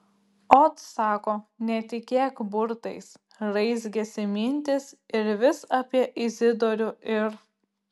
ot sako netikėk burtais raizgėsi mintys ir vis apie izidorių ir